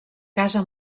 casa